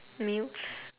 meals